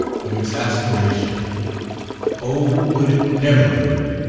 of exasperation oh, would it never end!